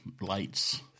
lights